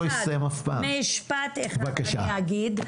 משפט אחד אני אגיד,